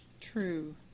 True